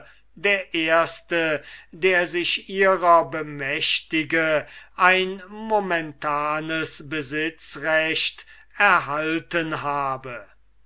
der erste der sich ihrer bemächtige ein momentanes besitzrecht erhalten habe